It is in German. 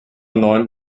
neun